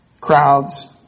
Crowds